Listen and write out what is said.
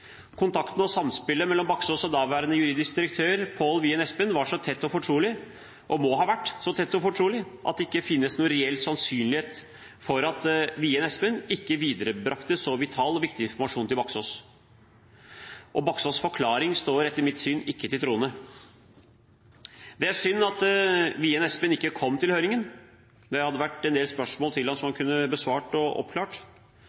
Kontakten og samspillet mellom Baksaas og daværende juridisk direktør, Pål Wien Espen, var så tett og fortrolig – og må ha vært så tett og fortrolig – at det ikke finnes noen reell sannsynlighet for at Wien Espen ikke viderebrakte så vitalt viktig informasjon til Baksaas. Baksaas’ forklaring står etter mitt syn ikke til troende. Det er synd at Wien Espen ikke kom til høringen. Det hadde vært en del spørsmål til ham som han